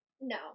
No